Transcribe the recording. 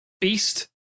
beast